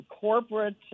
corporate